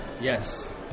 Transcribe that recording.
yes